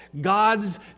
God's